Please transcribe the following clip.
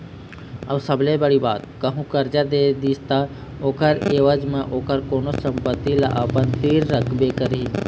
अऊ सबले बड़े बात कहूँ करजा दे दिस ता ओखर ऐवज म ओखर कोनो संपत्ति ल अपन तीर रखबे करही